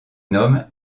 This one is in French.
nomment